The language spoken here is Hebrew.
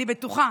אני בטוחה